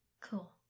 Cool